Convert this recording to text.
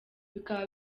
bikaba